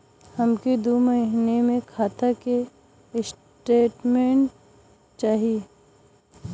हमके दो महीना के खाता के स्टेटमेंट चाही?